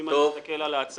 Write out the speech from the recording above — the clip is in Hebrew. שאם אתה מסתכל על ההצעה,